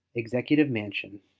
executive mansion,